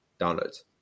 downloads